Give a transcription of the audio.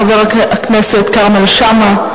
חבר הכנסת כרמל שאמה,